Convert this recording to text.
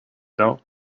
dain